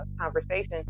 conversation